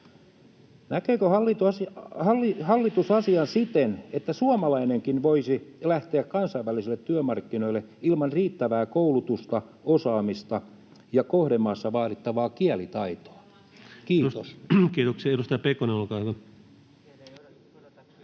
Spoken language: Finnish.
Näkeekö hallitus asian siten, että suomalainenkin voisi lähteä kansainvälisille työmarkkinoille ilman riittävää koulutusta, osaamista ja kohdemaassa vaadittavaa kielitaitoa? — Kiitos. [Speech